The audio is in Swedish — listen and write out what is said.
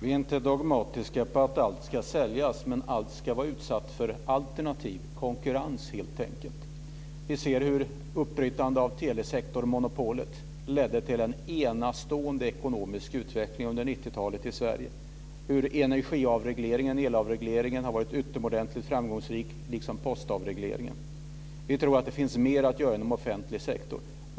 Vi är inte dogmatiska om att allt ska säljas, men allt ska vara utsatt för alternativ konkurrens. Vi ser hur uppbrytandet av telesektormonopolet ledde till en enastående ekonomisk utveckling under 90-talet i Sverige, hur avregleringen av energi och el har varit utomordentligt framgångsrik, liksom avregleringen av posten. Vi tror att det finns mer att göra inom offentlig sektor.